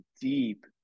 deep